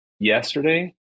yesterday